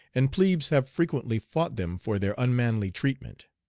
and plebes have frequently fought them for their unmanly treatment.